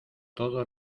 todo